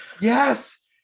Yes